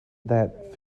that